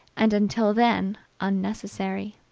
and until then unnecessary.